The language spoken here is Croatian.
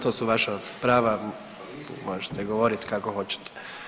To su vaša prava, možete govoriti kako hoćete.